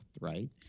right